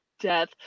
Death